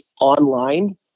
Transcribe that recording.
online